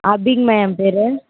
அபிங்கமா என் பேர்